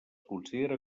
considera